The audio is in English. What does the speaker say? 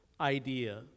idea